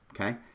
okay